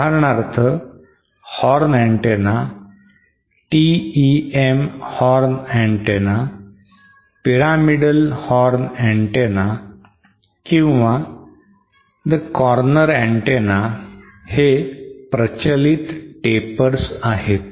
उदाहरणार्थ horn antenna TEM horn antenna pyramidal horn antenna किंवा the corner antenna हे प्रचलित tapers आहेत